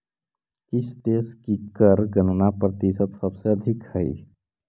किस देश की कर गणना प्रतिशत सबसे अधिक हई